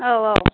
औ औ